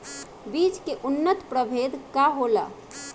बीज के उन्नत प्रभेद का होला?